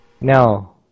No